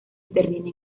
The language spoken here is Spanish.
interviene